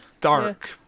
dark